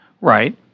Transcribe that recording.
Right